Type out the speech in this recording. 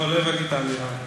לא הבנתי את האמירה.